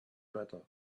better